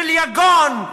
של יגון,